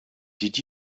did